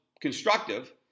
constructive